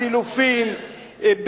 סילופים,